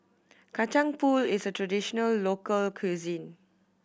Kacang Pool is a traditional local cuisine